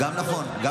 גם נכון.